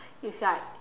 it's like